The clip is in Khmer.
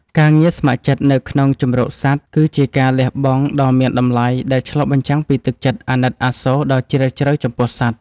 ការងារស្ម័គ្រចិត្តនៅក្នុងជម្រកសត្វ គឺជាការលះបង់ដ៏មានតម្លៃដែលឆ្លុះបញ្ចាំងពីទឹកចិត្តអាណិតអាសូរដ៏ជ្រាលជ្រៅចំពោះសត្វ។